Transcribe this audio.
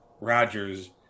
Rodgers